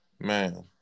Man